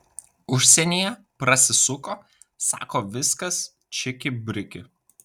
užsienyje prasisuko sako viskas čiki briki